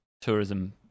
tourism